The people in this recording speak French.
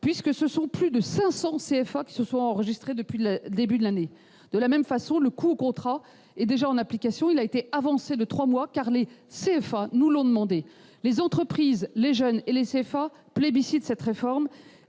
puisque plus de 500 CFA se sont enregistrés depuis le début de l'année. De la même façon, le coût au contrat est déjà en application. Il a été avancé de trois mois, car les CFA nous l'ont demandé. Les entreprises, les jeunes et les CFA plébiscitent cette réforme.